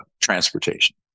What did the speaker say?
transportation